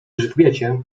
grzbiecie